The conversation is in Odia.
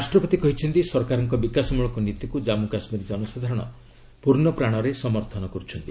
ରାଷ୍ଟ୍ରପତି କହିଛନ୍ତି ସରକାରଙ୍କ ବିକାଶମଳକ ନୀତିକୁ ଜାମ୍ମୁ କାଶ୍ମୀର ଜନସାଧାରଣ ପୂର୍ଣ୍ଣପ୍ରାଣରେ ସମର୍ଥନ କରୁଛନ୍ତି